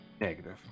Negative